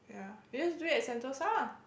yeah you just do it at Sentosa ah